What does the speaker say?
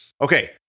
Okay